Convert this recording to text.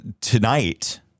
Tonight